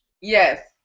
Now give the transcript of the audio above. yes